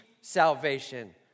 salvation